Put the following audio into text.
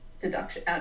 deduction